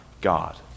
God